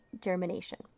germination